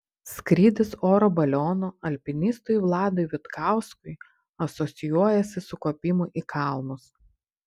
skrydis oro balionu alpinistui vladui vitkauskui asocijuojasi su kopimu į kalnus